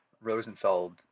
Rosenfeld